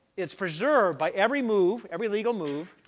is preserved, by every move, every legal move,